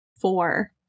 Four